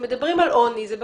כשמדברים על עוני זה בכותרות,